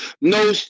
no